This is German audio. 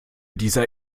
dieser